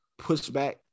pushback